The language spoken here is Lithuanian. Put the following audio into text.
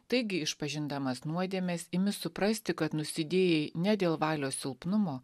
taigi išpažindamas nuodėmes imi suprasti kad nusidėjai ne dėl valios silpnumo